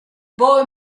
boy